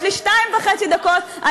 יש לי שתי דקות וחצי,